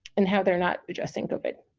and how they're not addressing covid.